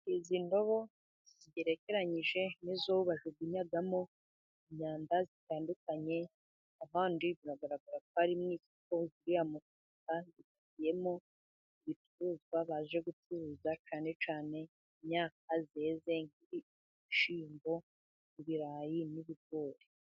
Izi ndobo zigerekeranyije ni zo bajugunyamo imyanda itandukanye, ahandi biragarako ari mu isoko . Uriya mufuka wuzuyemo ibicuruzwa baje gucuruza cyane cyane imyaka yeze nk'ibishyimbo, ibirayi, n'ibigori.